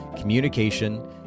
communication